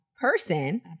person